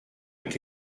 avec